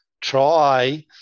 try